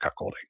cuckolding